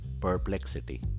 Perplexity